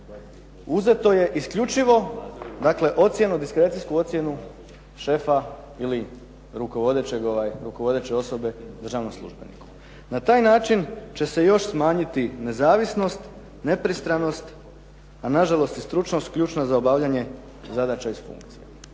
uzeto je isključivo dakle diskrecijsku ocjenu šefa ili rukovodeće osobe državnom službeniku. Na taj način će se još smanjiti nezavisnost, nepristranost a nažalost i stručnost ključna za obavljanje zadaća i funkcija.